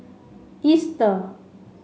Easter